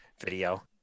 video